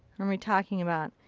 when we're talking about,